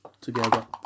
together